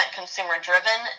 consumer-driven